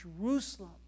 Jerusalem